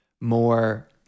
more